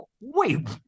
wait